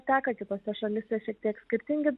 teka kitose šalyse šiek tiek skirtingi